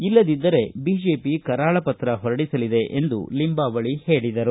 ಇಲ್ಲದಿದ್ದರೆ ಬಿಜೆಪಿ ಕರಾಳ ಪತ್ರ ಹೊರಡಿಸಲಿದೆ ಎಂದು ಲಿಂಬಾವಳಿ ಹೇಳಿದರು